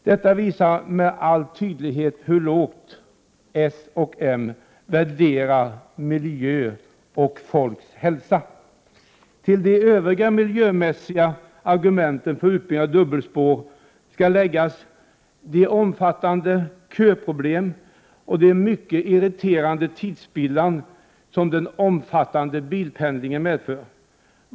Detta visar med all tydlighet hur lågt socialdemokraterna och moderaterna värderar miljön och folks hälsa. Till de övriga miljömässiga argumenten för en utbyggnad av dubbelspår skall läggas omfattande köproblem och den mycket irriterande tidsspillan som den omfattande bilpendlingen medför.